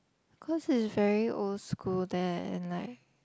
cause is very old school there and like